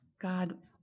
God